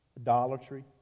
idolatry